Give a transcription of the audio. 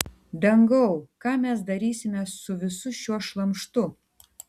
dangau ką mes darysime su visu šiuo šlamštu